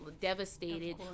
devastated